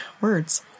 words